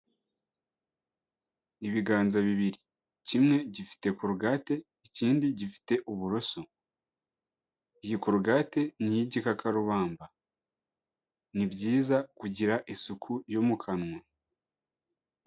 Ibiganza bibiri, kimwe gifite korogate, ikindi gifite uburoso, iyi korogate n'iy'igikakarubamba, ni byiza kugira isuku yo mu kanwa.